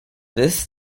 this